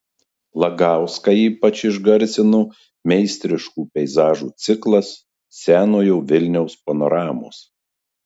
lagauską ypač išgarsino meistriškų peizažų ciklas senojo vilniaus panoramos